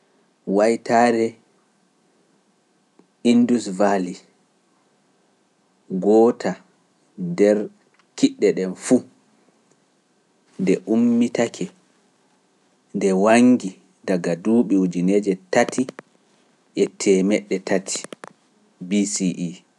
waitare nde ummitake nde wangi daga dubi ujineje tati e temedde tati (three thousand three hundred BCE)